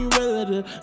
relative